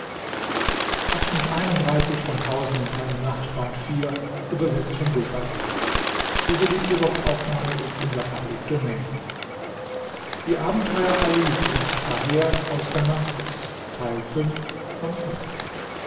die abenteuer alis und zahers